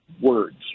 words